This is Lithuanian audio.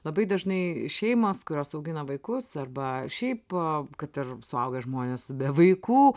labai dažnai šeimos kurios augina vaikus arba šiaip kad ir suaugę žmonės be vaikų